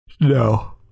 No